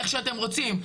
איך שאתם רוצים,